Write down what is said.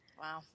Wow